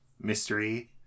mystery